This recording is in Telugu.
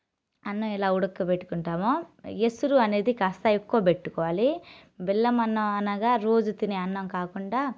అన్నం ఎలా ఉడకబెట్టుకుంటామో ఎసురు అనేది కాస్త ఎక్కువ పెట్టుకోవాలి బెల్లం అన్నం అనగా రోజు తినే అన్నం కాకుండా